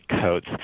coats